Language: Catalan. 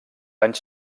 anys